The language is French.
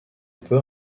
peut